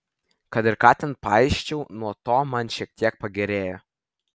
kad ir ką ten paisčiau nuo to man šiek tiek pagerėjo